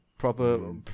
Proper